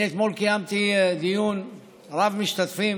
אני אתמול קיימתי דיון רב-משתתפים